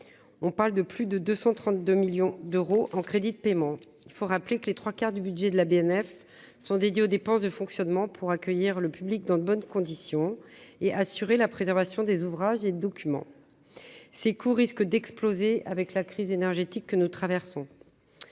on parle de plus de 232 millions d'euros en crédits de paiement, il faut rappeler que les 3 quarts du budget de la BNF sont dédiés aux dépenses de fonctionnement pour accueillir le public dans de bonnes conditions et assurer la préservation des ouvrages et documents, ces coûts risquent d'exploser avec la crise énergétique que nous traversons,